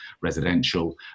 residential